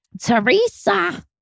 Teresa